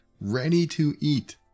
ready-to-eat